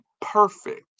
perfect